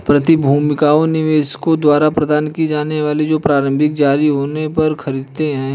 प्रतिभूतियां निवेशकों द्वारा प्रदान की जाती हैं जो प्रारंभिक जारी होने पर खरीदते हैं